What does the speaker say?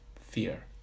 fear